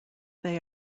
they